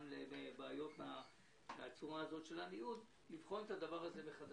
נבחן את הדבר הזה מחדש.